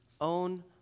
own